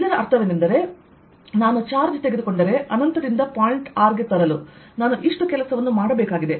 ಮತ್ತು ಇದರ ಅರ್ಥವೇನೆಂದರೆ ನಾನು ಚಾರ್ಜ್ ತೆಗೆದುಕೊಂಡರೆ ಅನಂತದಿಂದ ಪಾಯಿಂಟ್ r ಗೆ ತರಲು ನಾನು ಇಷ್ಟು ಕೆಲಸವನ್ನು ಮಾಡಬೇಕಾಗಿದೆ